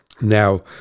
now